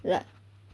like